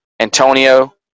Antonio